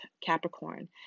Capricorn